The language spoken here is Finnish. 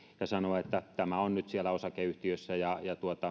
ja sanoa että tämä on nyt siellä osakeyhtiössä ja